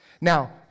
Now